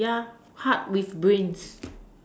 ya hard with brains